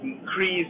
increase